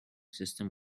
system